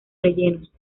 rellenos